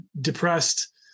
depressed